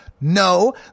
No